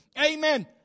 Amen